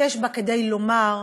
יודע שמדובר בעונש שהוא